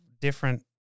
different